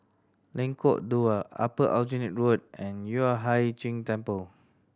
Lengkok Dua Upper Aljunied Road and Yueh Hai Ching Temple